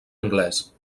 anglès